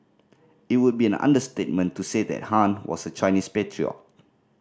it would be an understatement to say that Han was a Chinese patriot